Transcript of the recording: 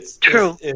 True